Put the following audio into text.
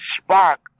spark